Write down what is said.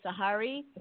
Sahari